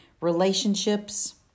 relationships